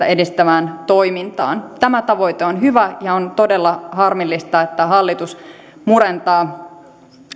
edistävään toimintaan tämä tavoite on hyvä ja on todella harmillista että hallitus murentaa